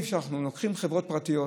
אנחנו לוקחים חברות פרטיות